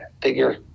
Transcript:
figure